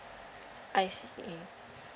I see